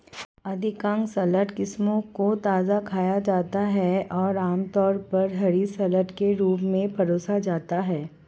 अधिकांश सलाद किस्मों को ताजा खाया जाता है और आमतौर पर हरी सलाद के रूप में परोसा जाता है